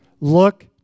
look